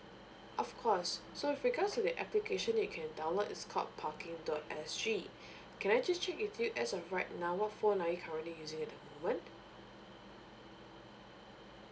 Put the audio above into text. of course so with regards to the application you can download is called parking dot S G can I just check with you as of right now what phone are you currently using at the moment